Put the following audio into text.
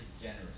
generous